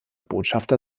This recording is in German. botschafter